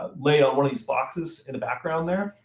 ah lay on one of these boxes in the background there,